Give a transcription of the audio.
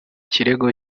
kirego